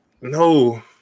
No